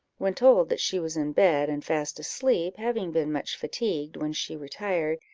when told that she was in bed, and fast asleep, having been much fatigued when she retired,